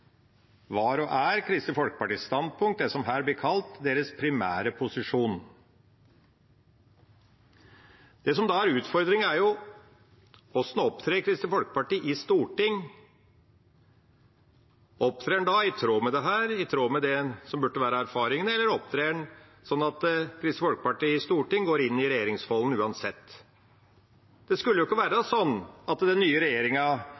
var og er Kristelig Folkepartis standpunkt, det som her blir kalt deres primære posisjon. Det som da er utfordringen, er hvordan Kristelig Folkeparti opptrer i Stortinget. Opptrer man i tråd med dette, i tråd med det som burde være erfaringene, eller opptrer en sånn at Kristelig Folkeparti i Stortinget går inn i regjeringsfolden uansett? Det skulle jo ikke være sånn at den nye regjeringa